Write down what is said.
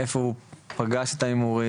איפה הוא פגש את ההימורים,